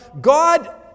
God